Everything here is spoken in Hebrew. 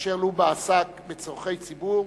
כאשר לובה עסק בצורכי ציבור,